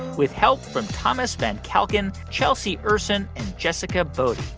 with help from thomas van calkin, chelsea ursin and jessica bodie.